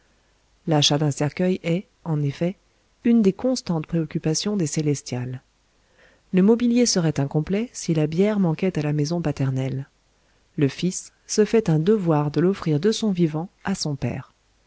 l'achat d'un cercueil est en effet une des constantes préoccupations des célestials le mobilier serait incomplet si la bière manquait à la maison paternelle le fils se fait un devoir de l'offrir de son vivant à son père